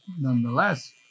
nonetheless